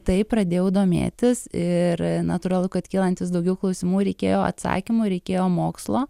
taip pradėjau domėtis ir natūralu kad kylantys daugiau klausimų reikėjo atsakymų reikėjo mokslo